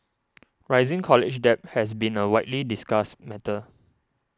rising college debt has been a widely discussed matter